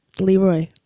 Leroy